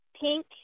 pink